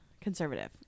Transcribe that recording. conservative